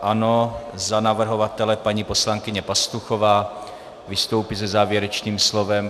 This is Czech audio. Ano, za navrhovatele paní poslankyně Pastuchová vystoupí se závěrečným slovem.